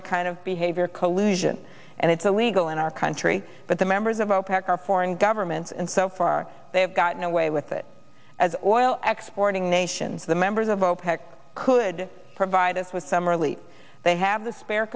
that kind of behavior collusion and it's illegal in our country but the members of opec are foreign governments and so far they have gotten away with it as oil export of nations the members of opec could provide us with some early they have the spare